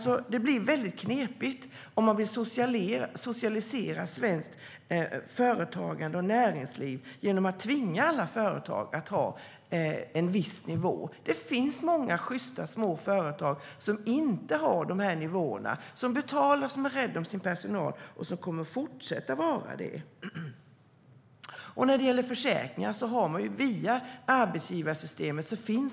Det blir knepigt om man vill socialisera svenskt företagande och näringsliv genom att tvinga alla företag att ha en viss nivå. Det finns många sjysta små företag som inte har de här nivåerna, som betalar och är rädda om sin personal och som kommer att fortsätta vara det. När det gäller försäkringar finns det sådana via arbetsgivarsystemet.